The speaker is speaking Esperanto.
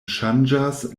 ŝanĝas